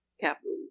capital